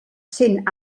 cent